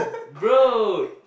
bro